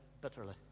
bitterly